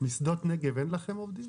משדות נגב אין לכם עובדים?